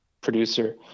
producer